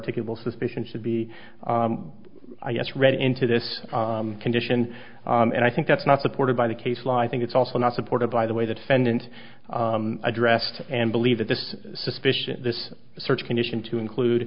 articulable suspicion should be i guess read into this condition and i think that's not supported by the case law i think it's also not supported by the way the defendant addressed and believe that this suspicion this search condition to include